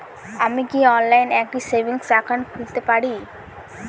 আমি কি অনলাইন একটি সেভিংস একাউন্ট খুলতে পারি?